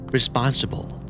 Responsible